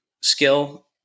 skill